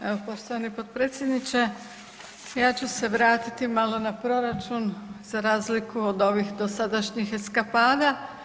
Evo poštovani potpredsjedniče ja ću se vratiti malo na proračun za razliku od ovih dosadašnjih eksapada.